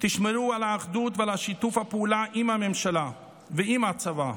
תשמרו על האחדות ועל שיתוף הפעולה עם הממשלה ועם הצבא.